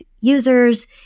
users